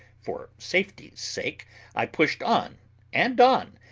for safety's sake i pushed on and on,